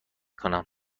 کنم